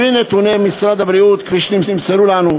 לפי נתוני משרד הבריאות כפי שנמסרו לנו,